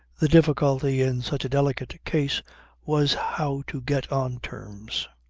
the difficulty in such a delicate case was how to get on terms.